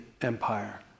empire